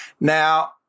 Now